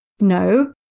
No